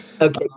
Okay